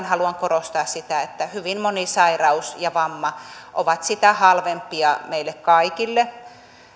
haluan korostaa sitä että hyvin moni sairaus ja vamma ovat siten halvempia meille kaikille